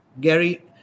Gary